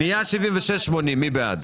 פניות מספר 76 80, מי בעד?